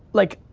like,